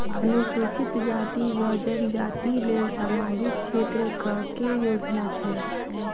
अनुसूचित जाति वा जनजाति लेल सामाजिक क्षेत्रक केँ योजना छैक?